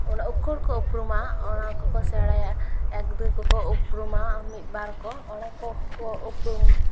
ᱚᱱᱟ ᱚᱠᱠᱷᱚᱨ ᱠᱚ ᱩᱯᱨᱩᱢᱟ ᱚᱱᱟ ᱠᱚᱠᱚ ᱥᱮᱬᱟᱭᱟ ᱮᱠ ᱫᱩᱭ ᱠᱚᱠᱚ ᱩᱯᱨᱩᱢᱟ ᱢᱤᱫ ᱵᱟᱨ ᱠᱚ ᱚᱞᱟ ᱠᱚᱠᱚ ᱩᱯᱨᱩᱢ